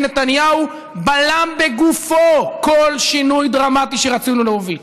ונתניהו בלם בגוף כל שינוי דרמטי שרצינו להוביל.